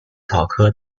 莎草科